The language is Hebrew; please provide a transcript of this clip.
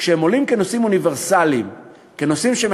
כשהנושאים האלה עולים כנושאים אוניברסליים,